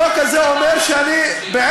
חבר הכנסת ג'בארין, החוק הזה אומר שאני בעצם